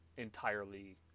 entirely